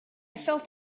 felt